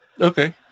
Okay